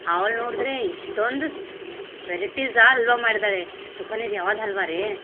ಅವ್ಳು ನೋಡ್ದ್ರೆ ಇಷ್ಟೋಂದಿಸ್ ವೆರೆಟೀಸಾ ಹಲ್ವ ಮಾಡಿದ್ದಾಳೆ ಸುಕನ್ಯದ ಯಾವುದು ಹಲ್ವಾರೆ